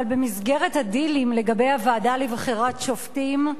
אבל במסגרת הדילים לגבי הוועדה לבחירת שופטים,